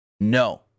No